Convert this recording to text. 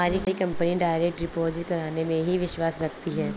हमारी company direct deposit करने में ही विश्वास रखती है